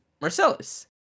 Marcellus